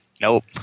Nope